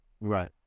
Right